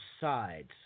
sides